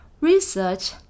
Research